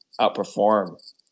outperform